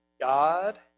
God